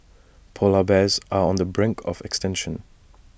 Polar Bears are on the brink of extinction